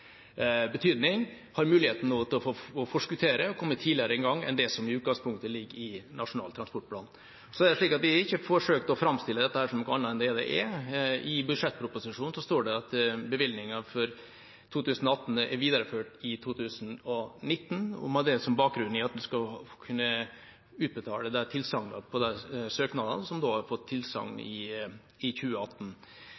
betydning, nå har muligheten til å forskuttere og komme tidligere i gang enn det som i utgangspunktet ligger i Nasjonal transportplan. Vi har ikke forsøkt å framstille dette som noe annet enn det det er. I budsjettproposisjonen står det at bevilgningen for 2018 er videreført i 2019, og med det som bakgrunn at en skal kunne utbetale tilsagnet til de søknadene som har fått